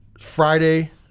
Friday